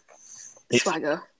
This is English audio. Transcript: swagger